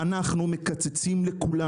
קודם כל,